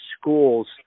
schools